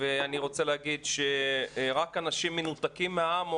אני רוצה להגיד שרק אנשים מנותקים מהעם או